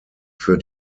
für